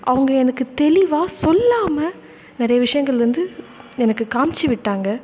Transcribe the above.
அவங்க எனக்கு தெளிவாக சொல்லாமல் நிறைய விஷயங்கள் வந்து எனக்கு காண்மிச்சிவிட்டாங்க